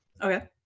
Okay